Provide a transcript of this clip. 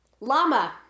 Llama